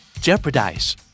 Jeopardize